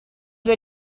due